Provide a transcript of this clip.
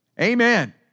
Amen